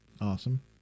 Awesome